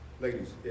ladies